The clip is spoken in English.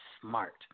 smart